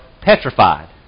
petrified